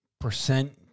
percent